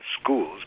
schools